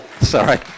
Sorry